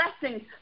blessings